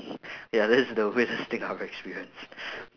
ya that's the weirdest thing I've experienced